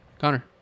Connor